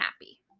happy